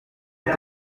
est